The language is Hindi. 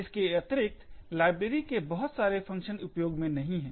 इसके अतिरिक्त लाइब्रेरी के बहुत सारे फंक्शन उपयोग में नहीं है